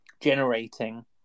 generating